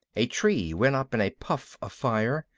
a tree went up in a puff of fire,